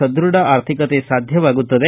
ಸದ್ವಢ ಆರ್ಥಿಕತೆ ಸಾಧ್ಯವಾಗುತ್ತದೆ